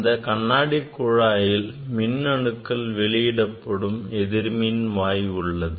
இந்த குழாயின் உள்ளே மின் அணுக்களை வெளியிடும் எதிர்மின்வாய் உள்ளது